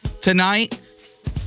tonight